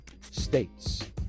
States